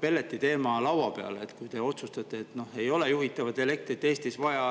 pelleti teema laua peale? Kui te otsustate, et ei ole juhitavat elektrit Eestis vaja,